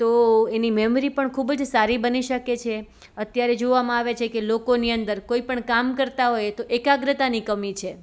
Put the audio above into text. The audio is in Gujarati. તો એની મેમરી પણ ખૂબ જ સારી બની શકે છે અત્યારે જોવામાં આવે છે કે લોકોની અંદર કોઈ પણ કામ કરતાં હોઈએ તો એકાગ્રતાની કમી છે